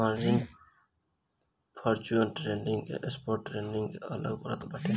margin futures trading से spot trading के अलग करत बाटे